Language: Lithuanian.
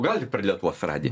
gal ir per lietuvos radiją